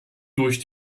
durch